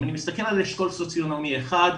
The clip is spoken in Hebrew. אם אני מסתכל על אשכול סוציו אקונומי 1,